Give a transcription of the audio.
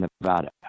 Nevada